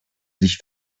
sich